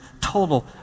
total